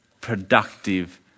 productive